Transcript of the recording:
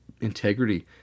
integrity